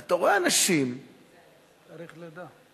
אתה רואה אנשים, תאריך לידה.